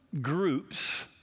groups